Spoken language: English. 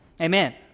Amen